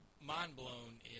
mind-blown